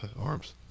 arms